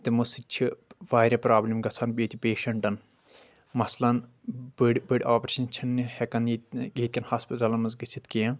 تِمو سۭتۍ چھ واریاہ پرٛابلِم گژھان بیٚیہِ تہِ پیشنٹن مثلن بٔڈۍ بٔڈۍ آپریشن چھنہٕ ہٮ۪کان ییٚتہِ ییتۍ کٮ۪ن ہاسپِٹلن منٛز گٔژھِتھ کیٚنٛہہ